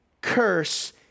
curse